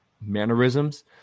mannerisms